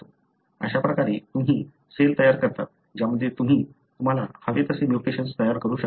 अशा प्रकारे तुम्ही सेल तयार करता ज्यामध्ये तुम्ही तुम्हाला हवे तसे म्युटेशन तयार करू शकता